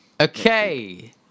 Okay